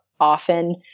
often